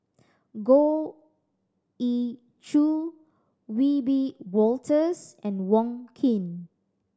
Goh Ee Choo Wiebe Wolters and Wong Keen